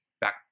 back